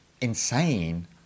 insane